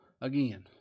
again